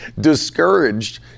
discouraged